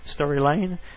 storyline